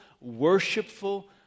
worshipful